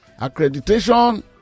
Accreditation